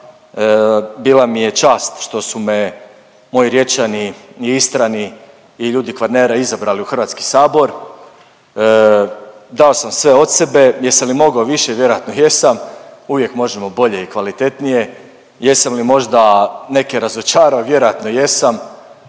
Bila mi je čast što su me moji Riječani i Istrani i ljudi Kvarnera izabrali u HS, dao sam sve od sebe. Jesam li mogao više? Vjerojatno jesam, uvijek možemo bolje i kvalitetnije. Jesam li možda neke razočarao? Vjerojatno jesam,